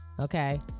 okay